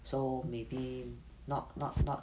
so maybe not not not